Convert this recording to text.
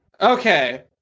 Okay